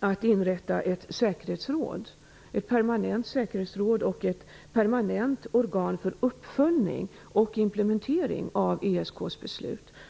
att inrätta ett permanent säkerhetsråd och ett permanent organ för uppföljning och implementering av ESK:s beslut.